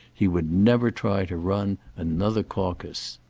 he would never try to run another caucus.